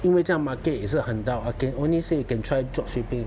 因为这样 market 也是很 down I can only say you can try drop shipping